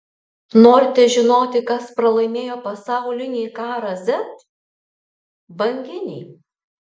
norite žinoti kas pralaimėjo pasaulinį karą z banginiai